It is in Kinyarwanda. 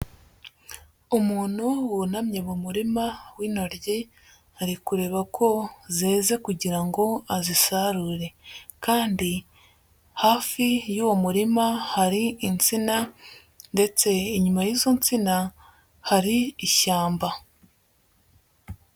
Umuntu wunamye mu murima w'inantoryi, ari kureba ko zeze kugira ngo azisarure kandi hafi y'uwo murima hari insina ndetse inyuma y'izo nsina hari ishyamba.